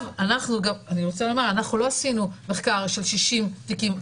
אנחנו לא עשינו מחקר של 60 תיקים,